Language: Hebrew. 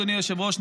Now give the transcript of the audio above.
אדוני היושב-ראש,